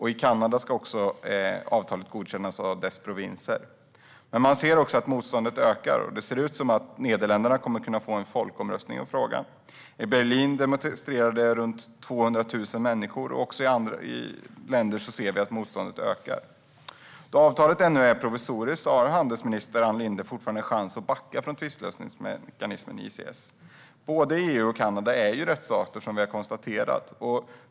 I Kanada ska avtalet godkännas av dess provinser. Men man ser också att motståndet ökar. Det ser ut som att Nederländerna kommer att kunna få till stånd en folkomröstning i frågan. I Berlin demonstrerade runt 200 000 människor. Även i andra länder ser vi att motståndet ökar. Då avtalet ännu är provisoriskt har handelsminister Ann Linde fortfarande chans att backa från tvistlösningsmekanismen ICS. Både EU och Kanada är rättsstater, som vi har konstaterat.